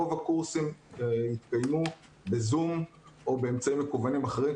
רוב הקורסים יתקיימו בזום או באמצעים מקוונים אחרים,